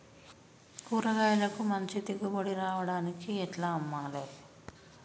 కూరగాయలకు మంచి దిగుబడి రావడానికి ఎట్ల అమ్మాలే?